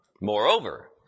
Moreover